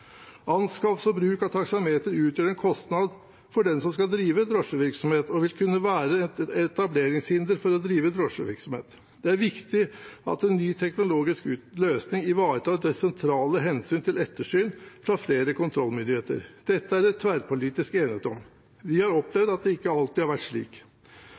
Anskaffelse og bruk av taksameter utgjør en kostnad for den som skal drive drosjevirksomhet, og vil kunne være et etableringshinder for å drive drosjevirksomhet. Det er viktig at en ny teknologisk løsning ivaretar det sentrale hensyn til ettersyn fra flere kontrollmyndigheter. Dette er det tverrpolitisk enighet om. Vi har opplevd at det ikke alltid har vært slik.